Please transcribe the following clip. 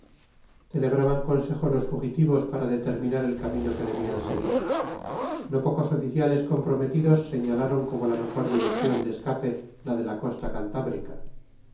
celebraban consejo los fugitivos para determinar el camino que debían seguir no pocos oficiales comprometidos señalaron como la mejor dirección de escape la de la costa cantábrica